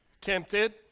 tempted